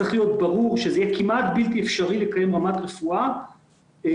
צריך להיות ברור שזה יהיה כמעט בלתי אפשרי לקיים רמת רפואה שהיא